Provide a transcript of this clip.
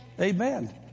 Amen